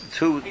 two